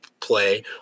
play